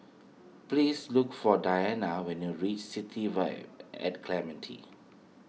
please look for Diana when you reach City Vibe at Clementi